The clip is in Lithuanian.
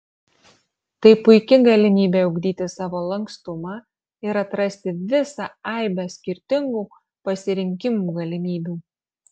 tai puiki galimybė ugdyti savo lankstumą ir atrasti visą aibę skirtingų pasirinkimų galimybių